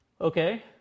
Okay